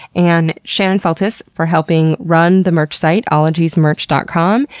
and shannon feltus for helping run the merch site, ologiesmerch dot com.